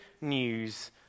news